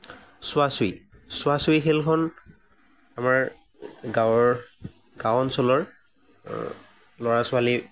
চুৱা চুৱি চুৱ চুৱি খেলখন আমাৰ গাঁৱৰ গাঁও অঞ্চলৰ আ ল'ৰা ছোৱালী